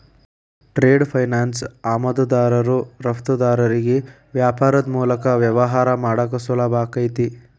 trade finance ಆಮದುದಾರರು ರಫ್ತುದಾರರಿಗಿ ವ್ಯಾಪಾರದ್ ಮೂಲಕ ವ್ಯವಹಾರ ಮಾಡಾಕ ಸುಲಭಾಕೈತಿ